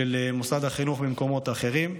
של מוסד החינוך במקומות אחרים.